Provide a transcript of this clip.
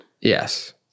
Yes